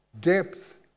depth